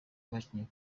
bakinnye